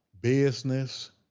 business